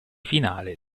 finale